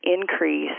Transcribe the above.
increase